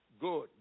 good